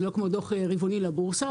זה לא כמו דוח רבעוני לבורסה,